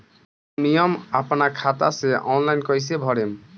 Premium अपना खाता से ऑनलाइन कईसे भरेम?